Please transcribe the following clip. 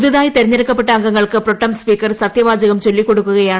പുതുതായി തെരഞ്ഞെടുക്കപ്പെട്ട അംഗങ്ങൾക്ക് പ്രോട്ടം സ്പീക്കർ സത്യവാചകം ചൊല്ലിക്കൊടുക്കുകയാണ്